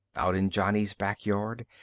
out in johnny's back yard,